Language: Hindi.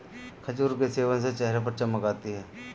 खजूर के सेवन से चेहरे पर चमक आती है